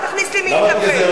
אל תכניס לי מלים לפה, אל תתבלבל.